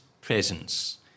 presence